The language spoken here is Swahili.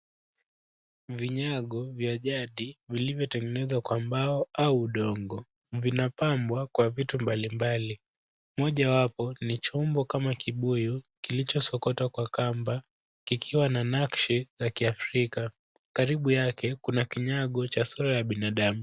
Vinyago vya jadi, vilivyotengenezwa kwa mbao au udongo vinapambwa kwa vitu mbalimbali. Moja wapo ni chombo kama kibuyu kilichosokotwa kwa kamba kikiwa na nakshi ya kiafrika. Karibu yake, kuna kinyago cha sura ya binadamu.